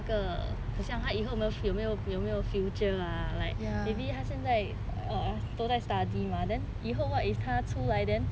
那个好像他以后以后有没有有没有 future ah like maybe 他现在都在 study then 以后 what if 他出来 then